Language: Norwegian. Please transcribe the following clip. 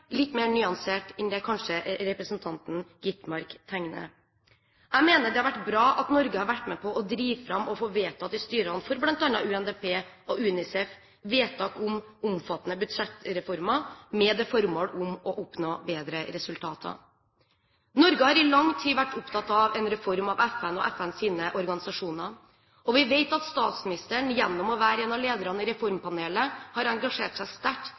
litt mer nyansert enn det kanskje representanten Skovholt Gitmark tegner. Jeg mener at det har vært bra at Norge har vært med på å drive fram og få til vedtak om omfattende budsjettreformer i styrene for bl.a. UNDP og UNICEF, med det formål å oppnå bedre resultater. Norge har i lang tid vært opptatt av en reform av FN og FNs organisasjoner. Vi vet at statsministeren gjennom å være en av lederne i reformpanelet har engasjert seg sterkt